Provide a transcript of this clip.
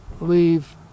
leave